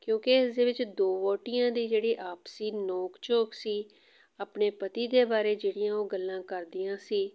ਕਿਉਂਕਿ ਇਸਦੇ ਵਿੱਚ ਦੋ ਵਹੁਟੀਆਂ ਦੀ ਜਿਹੜੀ ਆਪਸੀ ਨੋਕ ਝੋਕ ਸੀ ਆਪਣੇ ਪਤੀ ਦੇ ਬਾਰੇ ਜਿਹੜੀਆਂ ਉਹ ਗੱਲਾਂ ਕਰਦੀਆਂ ਸੀ